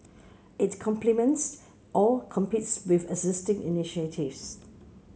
it complements or competes with existing initiatives